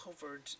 covered